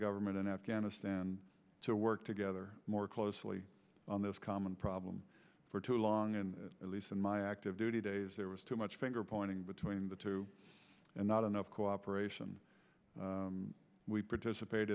government in afghanistan to work together more closely on this common problem for too long and at least in my active duty days there was too much finger pointing between the two and not enough cooperation we participate